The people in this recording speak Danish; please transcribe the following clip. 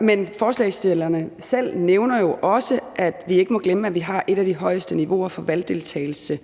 men forslagsstillerne selv nævner jo også, at vi ikke må glemme, at vi har et af de højeste niveauer for valgdeltagelse